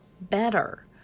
better